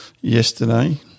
Yesterday